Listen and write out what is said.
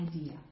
idea